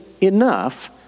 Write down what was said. enough